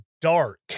dark